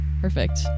Perfect